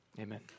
Amen